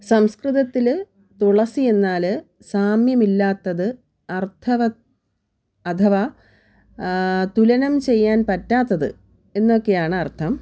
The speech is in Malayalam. സംസ്കൃതത്തിൽ തുളസി എന്നാൽ സാമ്യമില്ലാത്തത് അർത്ഥവത്ത് അഥവാ തുലനം ചെയ്യാൻ പറ്റാത്തത് എന്നൊക്കെയാണ് അർത്ഥം